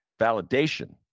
validation